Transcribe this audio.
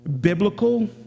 Biblical